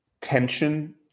Tension